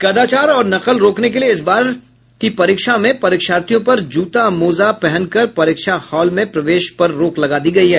कदाचार और नकल रोकने के लिए इस बार की परीक्षा में परीक्षार्थियों पर जूता मोजा पहनकर परीक्षा हॉल में प्रवेश पर रोक लगा दी गयी है